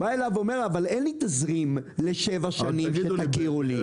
הוא אומר: אבל אין לי תזרים לשבע שנים, שתכירו לי.